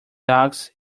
dogs